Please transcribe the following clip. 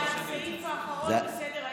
זה הסעיף האחרון בסדר-היום.